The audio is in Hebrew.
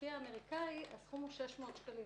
משקיע אמריקאי הסכום הוא 600 שקלים.